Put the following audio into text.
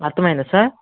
అర్థమయిందా sir